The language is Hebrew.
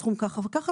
בסכום כך וכך,